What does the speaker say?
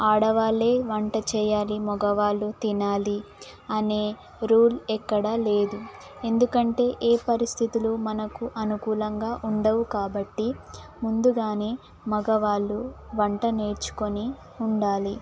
ఆడవాళ్ళే వంట చేయాలి మగవాళ్ళు తినాలి అనే రూల్ ఎక్కడా లేదు ఎందుకంటే ఏ పరిస్థితులు మనకు అనుకూలంగా ఉండవు కాబట్టి ముందుగానే మగవాళ్ళు వంట నేర్చుకొని ఉండాలి